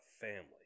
family